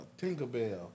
Tinkerbell